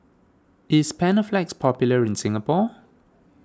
is Panaflex popular in Singapore